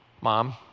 Mom